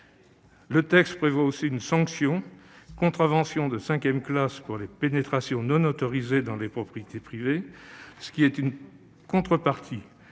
Ce texte prévoit une sanction, une contravention de cinquième classe, pour les pénétrations non autorisées dans les propriétés privées, qui est une contrepartie